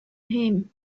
him